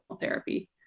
therapy